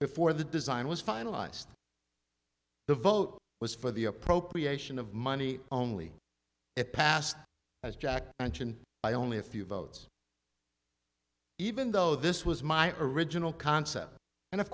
before the design was finalized the vote was for the appropriation of money only it passed as jack and can buy only a few votes even though this was my original concept and of